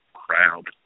crowd